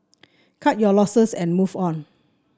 cut your losses and move on